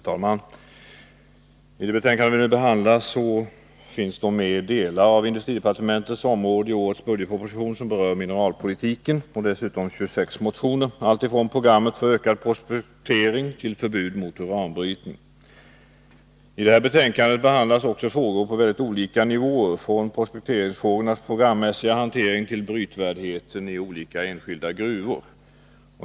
Herr talman! I det betänkande vi nu behandlar finns de delar av årets budgetproposition som berör mineralpolitiken och dessutom 26 motioner, som rör allt från programmet för utökad prospektering till förbud mot uranbrytning. I betänkandet behandlas också frågor på en rad olika nivåer — från prospekteringsfrågornas programmässiga hantering till brytvärdheten i olika enskilda gruvor.